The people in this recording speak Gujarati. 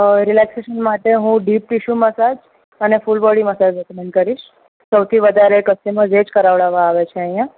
અ રેલેક્સેસન માટે હું ડીપ ટીસ્યુ મસાજ અને ફૂલ બોડી મસાજ રેકમેન્ડ કરીશ સૌથી વધારે કસ્ટમર્સ એ જ કરાવડાવવા આવે છે અહીંયા